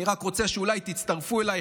אני רק רוצה שאולי תצטרפו אליי,